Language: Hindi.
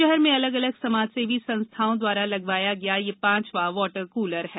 शहर में अलग अलग समाजसेवी संस्थाओ द्वारा लगवाया गया यह पांचवां वॉटर कूलर है